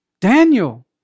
Daniel